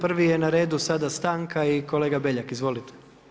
Prvi je na redu sada stanka i kolega Beljak, izvolite.